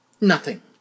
Nothing